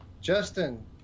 Justin